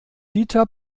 liter